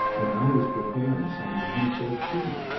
and i was preparing some for him so cheap.